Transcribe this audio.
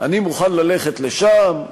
אני מוכן ללכת לשם.